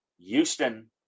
Houston